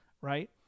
right